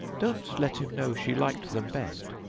don't let him know she liked them best,